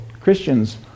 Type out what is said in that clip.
Christians